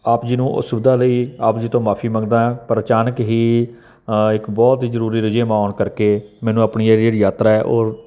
ਆਪ ਜੀ ਨੂੰ ਅਸੁਵਿਧਾ ਲਈ ਆਪ ਜੀ ਤੋਂ ਮਾਫ਼ੀ ਮੰਗਦਾ ਹਾਂ ਪਰ ਅਚਾਨਕ ਹੀ ਇੱਕ ਬਹੁਤ ਹੀ ਜ਼ਰੂਰੀ ਰੁਝੇਵਾਂ ਆਉਣ ਕਰਕੇ ਮੈਨੂੰ ਆਪਣੀ ਇਹ ਜਿਹੜੀ ਯਾਤਰਾ ਹੈ ਉਹ